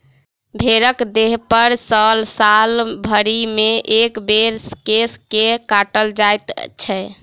भेंड़क देहपर सॅ साल भरिमे एक बेर केश के काटल जाइत छै